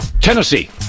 Tennessee